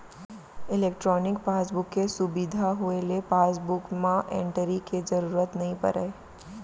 electronic passbook के सुबिधा होए ले पासबुक म एंटरी के जरूरत नइ परय